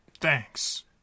Thanks